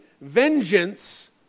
vengeance